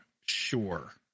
sure